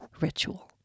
ritual